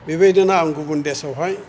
बेबायदिनो आं गुबुन देसआवहाय